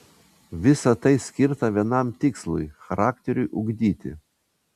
visa tai skirta vienam tikslui charakteriui ugdyti